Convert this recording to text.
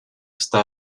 está